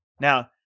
Now